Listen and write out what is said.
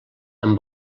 amb